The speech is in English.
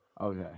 Okay